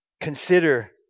consider